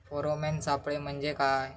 Pheromone सापळे म्हंजे काय?